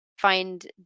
Find